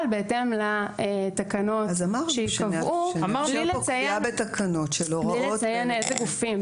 אבל בהתאם לתקנות שייקבעו בלי לציין איזה גופים.